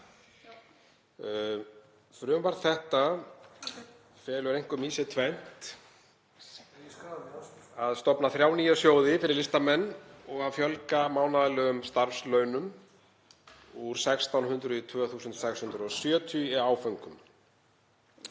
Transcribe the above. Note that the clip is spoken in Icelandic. Frumvarp þetta felur einkum í sér tvennt, að stofna þrjá nýja sjóði fyrir listamenn og fjölga mánaðarlegum starfslaunum úr 1.600 í 2.670 í áföngum.